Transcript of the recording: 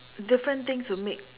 different things would make